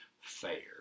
fair